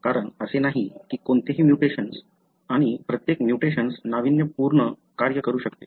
कारण असे नाही की कोणतेही म्युटेशन्स आणि प्रत्येक म्युटेशन्स नाविन्यपूर्ण कार्य करू शकते